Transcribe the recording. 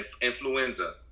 influenza